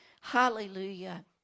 Hallelujah